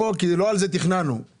לא תכננו את זה,